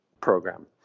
program